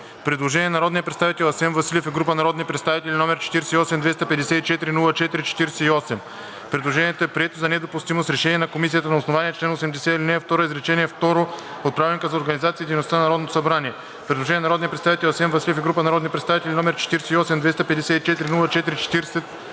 Предложение на народния представител Асен Василев и група народни представители, № 48-254-04-48. Предложението е прието за недопустимо с решение на Комисията на основание чл. 80, ал. 2, изречение второ от Правилника за организацията и дейността на Народното събрание. Предложение на народния представител Асен Василев и група народни представители, № 48-254-04-49.